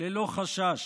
ללא חשש.